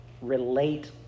relate